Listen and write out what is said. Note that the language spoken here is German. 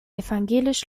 evangelisch